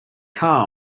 car